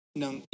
ng